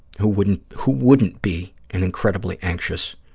who wouldn't who wouldn't be an incredibly anxious